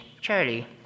Charlie